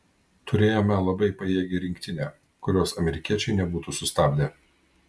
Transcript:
turėjome labai pajėgią rinktinę kurios amerikiečiai nebūtų sustabdę